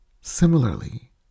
similarly